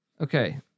Okay